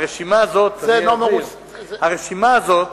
הרשימה הזאת, אני אסביר, זה נומרוס, הרשימה הזאת,